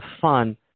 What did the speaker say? fun